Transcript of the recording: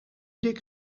dik